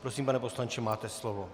Prosím, pane poslanče, máte slovo.